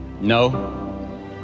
No